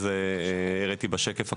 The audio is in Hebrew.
שהראיתי בשקף הקודם,